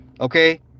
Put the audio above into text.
Okay